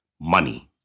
money